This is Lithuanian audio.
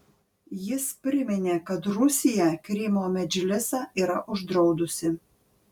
jis priminė kad rusija krymo medžlisą yra uždraudusi